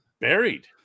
buried